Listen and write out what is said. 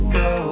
go